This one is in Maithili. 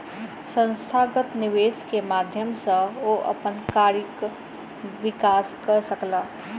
संस्थागत निवेश के माध्यम सॅ ओ अपन कार्यक विकास कय सकला